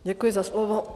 Děkuji za slovo.